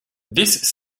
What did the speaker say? this